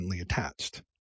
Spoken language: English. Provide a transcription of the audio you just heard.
attached